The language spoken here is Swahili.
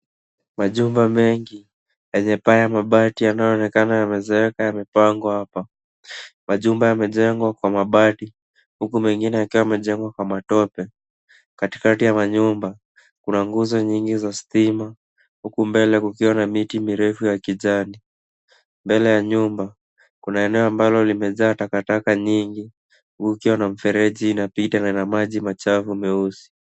Majumba mengi, yenye paa ya mabati yanayoonekana yamezeeka yamepangwa hapa. Majumba yamejengwa kwa mabati, huku mengine yakiwa yamejengwa kwa matope. Katikati ya manyumba, kuna nguzo nyingi za stima huku mbele kukiwa na miti mirefu ya kijani. Mbele ya nyumba, kuna eneo ambalo limejaa takataka nyingi. Huku kukiwa na mifereji inapita na ina maji machafu meusi.